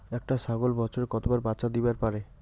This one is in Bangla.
একটা ছাগল বছরে কতবার বাচ্চা দিবার পারে?